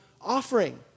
offering